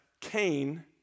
Cain